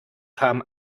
kam